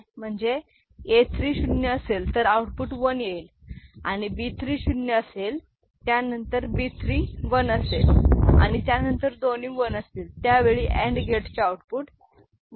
म्हणजे A3 0 असेल तर आउटपुट 1 येईल आणि B3 शून्य असेल त्यानंतर B 3 1 असेल आणि त्यानंतर दोन्ही 1 असतील त्यावेळी अंड गेटचे आउटपुट 1 येईल